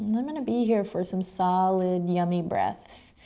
and i'm going to be here for some solid yummy breaths.